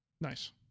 Nice